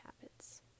habits